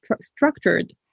structured